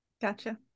gotcha